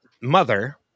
mother